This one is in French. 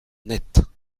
nette